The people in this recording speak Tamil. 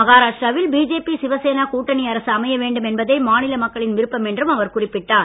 மஹாராஷ்டிராவில் பிஜேபி சிவசேனா கூட்டணி அரசு அமைய வேண்டும் என்பதே மாநில மக்களின் விருப்பம் என்றும் அவர் குறிப்பிட்டார்